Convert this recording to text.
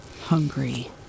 hungry